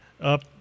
up